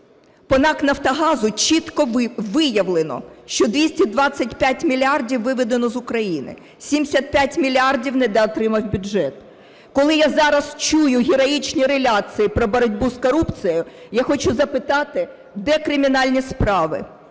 По НАК "Нафтогазу" чітко виявлено, що 225 мільярдів виведено з України, 75 мільярдів недоотримав бюджет. Коли я зараз чую героїчні реляції про боротьбу з корупцією, я хочу запитати: де кримінальні справи?